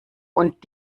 und